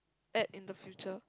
at in the future